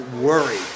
worry